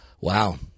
Wow